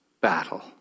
battle